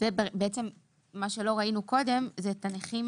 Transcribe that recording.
זה בעצם מה שלא ראינו קודם, את הנכים